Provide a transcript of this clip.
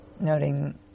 noting